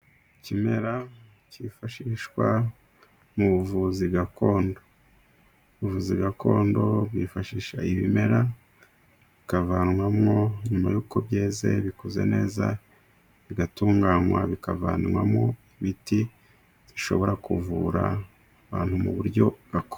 Ikimera cyifashishwa mu buvuzi gakondo, ubuvuzi gakondo bwifashisha ibimera bikavanwamwo nyuma y'uko byeze bikoze neza bigatunganywa, bikavanwamo imiti ishobora kuvura abantu mu buryo gakondo.